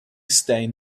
stain